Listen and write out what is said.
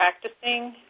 practicing